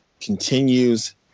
continues